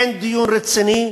אין דיון רציני,